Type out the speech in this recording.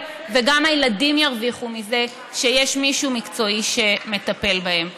וגם הילדים ירוויחו מזה שיש מישהו מקצועי שמטפל בהם.